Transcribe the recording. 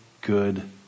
good